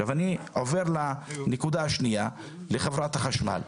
עכשיו אני עובר לנקודה השנייה, לחברת החשמל.